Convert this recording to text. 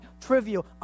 trivial